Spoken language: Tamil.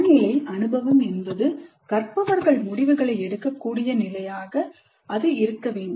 சூழ்நிலைஅனுபவம் என்பது கற்பவர்கள் முடிவுகளை எடுக்கக்கூடிய நிலையாக அது இருக்க வேண்டும்